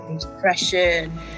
depression